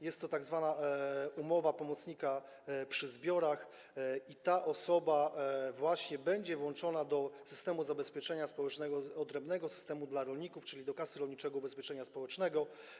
Jest to tzw. umowa pomocnika przy zbiorach i ta osoba będzie włączona do systemu zabezpieczenia społecznego, systemu odrębnego dla rolników, czyli do Kasy Rolniczego Ubezpieczenia Społecznego.